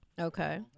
Okay